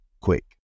quick